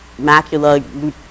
macula